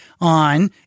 on